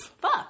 fuck